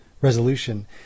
resolution